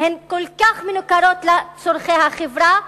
הן כל כך מנוכרות לצורכי החברה,